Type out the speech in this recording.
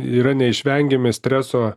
yra neišvengiami streso